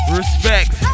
respect